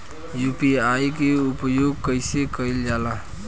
UPI के उपयोग कइसे कइल जाला?